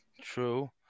True